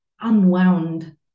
unwound